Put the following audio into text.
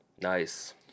Nice